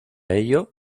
ello